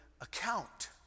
account